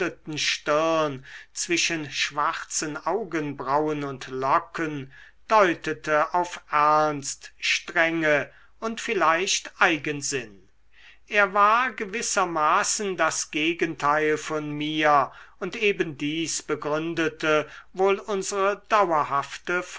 zwischen schwarzen augenbrauen und locken deutete auf ernst strenge und vielleicht eigensinn er war gewissermaßen das gegenteil von mir und eben dies begründete wohl unsere dauerhafte